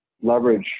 leverage